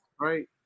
right